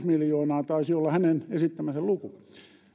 miljoonaa taisi olla hänen esittämänsä luku